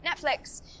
Netflix